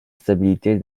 stabilité